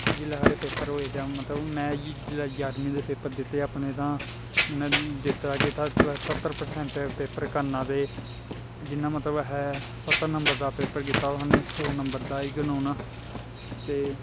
जेल्लै साढ़े पेपर होए ते अ'ऊं मतलब में गी जेल्लै ञाह्रमीं दे पेपर दित्ते अपने तां उ'नें दित्ता केह् तुसें स्हत्तर परसैंट पेपर करना ते जि'यां मतलब अहें स्हत्तर नंबर दा पेपर कीता ओह् सौ नंबर दा गै गनोना ते